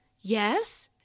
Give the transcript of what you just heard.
Yes